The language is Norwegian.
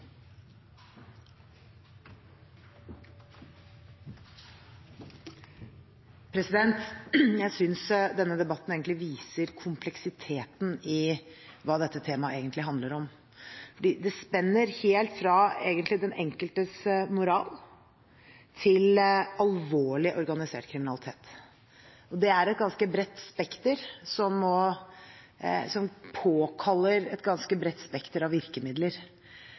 Jeg synes denne debatten viser kompleksiteten i hva dette temaet egentlig handler om, for det spenner helt fra den enkeltes moral til alvorlig, organisert kriminalitet. Det er et ganske bredt spekter, som påkaller et ganske bredt spekter av virkemidler.